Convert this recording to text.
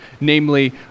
namely